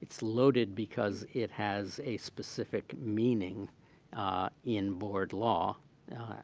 it's loaded because it has a specific meaning in board law